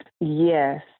Yes